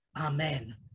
amen